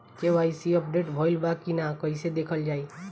KYC update भइल बा कि ना कइसे देखल जाइ?